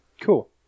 cool